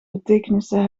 betekenissen